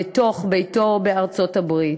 בתוך ביתו בארצות-הברית.